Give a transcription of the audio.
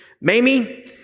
Mamie